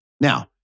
Now